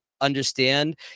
understand